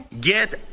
Get